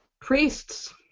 Priests